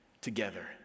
together